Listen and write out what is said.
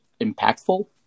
impactful